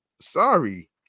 Sorry